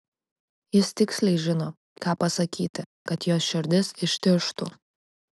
jis tiksliai žino ką pasakyti kad jos širdis ištižtų